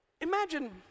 imagine